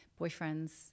Boyfriends